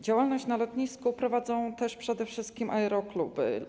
Działalność na lotnisku prowadzą też przede wszystkim aerokluby.